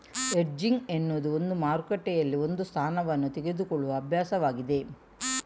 hedging ಎನ್ನುವುದು ಒಂದು ಮಾರುಕಟ್ಟೆಯಲ್ಲಿ ಒಂದು ಸ್ಥಾನವನ್ನು ತೆಗೆದುಕೊಳ್ಳುವ ಅಭ್ಯಾಸವಾಗಿದೆ